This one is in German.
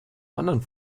anderen